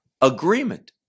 agreement